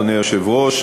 אדוני היושב-ראש,